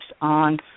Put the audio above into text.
on